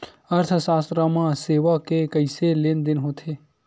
अर्थशास्त्र मा सेवा के कइसे लेनदेन होथे?